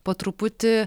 po truputį